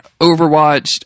Overwatch